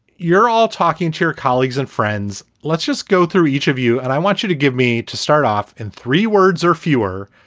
you're all talking to your colleagues and friends. let's just go through each of you. and i want you to give me to start off in three words or fewer.